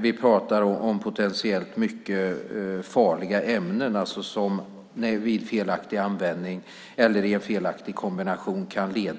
Vi talar om potentiellt mycket farliga ämnen som vid felaktig användning eller i felaktig kombination kan ge